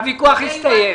הוויכוח הסתיים.